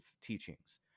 teachings